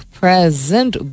present